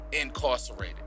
incarcerated